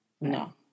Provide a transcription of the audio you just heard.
No